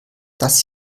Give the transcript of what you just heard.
das